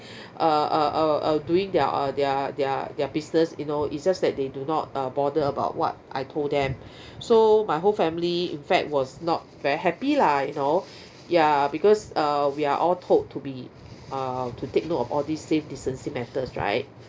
uh uh uh uh doing their their their their business you know it's just that they do not uh bother about what I told them so my whole family in fact was not very happy lah you know ya because uh we're all told to be uh to take note of all these safe distancing matters right